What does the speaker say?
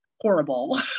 horrible